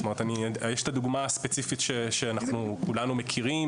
זאת אומרת, יש את הדוגמה הספציפית שכולנו מכירים